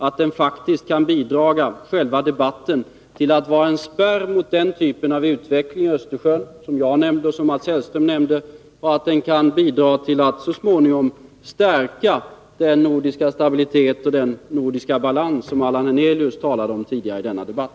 Denna debatt kan faktiskt vara en spärr mot den typ av utveckling i Östersjön som både jag och Mats Hellström nämnde, och den kan bidra till att så småningom stärka den nordiska stabilitet och balans som Allan Hernelius talade om tidigare i denna debatt.